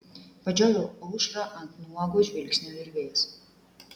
padžioviau aušrą ant nuogo žvilgsnio virvės